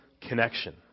connection